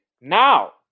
Now